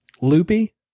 Loopy